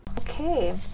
Okay